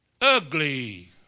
ugly